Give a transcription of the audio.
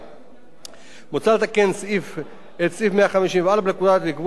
מוצע לתקן את סעיף 154 לפקודה ולקבוע כי הבחירות לנציגי